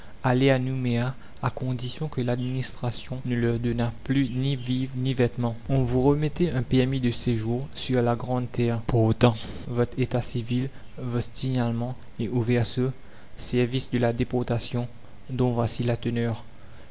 aller à nouméa à condition que l'administration ne leur donnât plus ni vivres ni vêtements on vous remettait un permis de séjour sur la grande terre portant votre état civil votre signalement et au verso service de la déportation dont voici la teneur